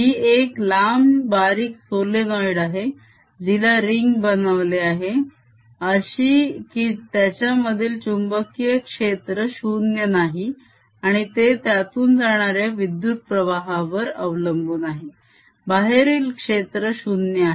ही एक लांब बारीक सोलेनोएड आहे जिला रिंग बनवले आहे अशी की त्याच्यामधील चुंबकीय क्षेत्र 0 नाही आणि ते त्यातून जाणाऱ्या विद्युत्प्रवाहावर अवलंबून आहे बाहेरील क्षेत्र 0 आहे